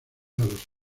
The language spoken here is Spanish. los